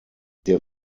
der